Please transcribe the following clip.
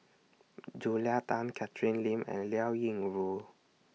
Julia Tan Catherine Lim and Liao Yingru